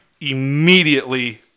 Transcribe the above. immediately –